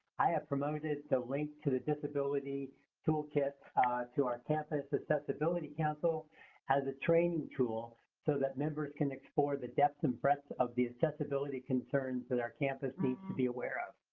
i have promoted the link to the disability toolkit to our campus accessibility council as a training tool so that members can explore the depths and breadths of the accessibility concerns that our campus needs to be aware of.